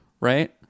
right